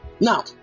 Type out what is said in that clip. Now